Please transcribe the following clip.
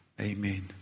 Amen